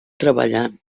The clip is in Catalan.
treballant